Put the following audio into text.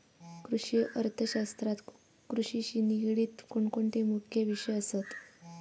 कृषि अर्थशास्त्रात कृषिशी निगडीत कोणकोणते मुख्य विषय असत?